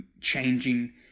changing